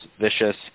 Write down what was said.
vicious